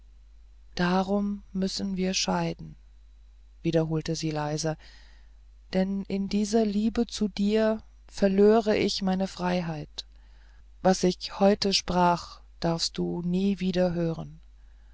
darum müssen wir scheiden wiederholte sie leise denn in dieser liebe zu dir verlöre ich meine freiheit was ich heute sprach darfst du nie wieder